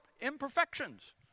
imperfections